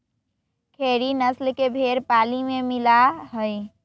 खेरी नस्ल के भेंड़ पाली में मिला हई